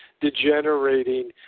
degenerating